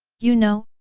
you know,